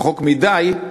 רחוק מדי,